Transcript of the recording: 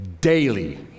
daily